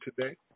Today